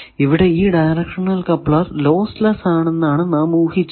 ഇവിടെ ഈ directional coupler lossless ആണെന്നാണ് നാം ഊഹിച്ചത്